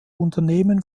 unternehmen